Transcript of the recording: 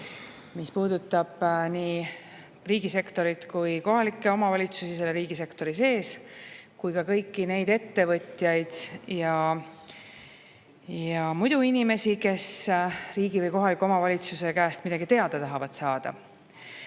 puudutab nii riigisektorit kui ka kohalikke omavalitsusi selle riigisektori sees ning ka kõiki neid ettevõtjaid ja muidu inimesi, kes riigi või kohaliku omavalitsuse käest midagi teada tahavad saada.